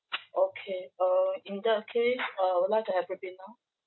okay uh in that case uh I would like to have Ribena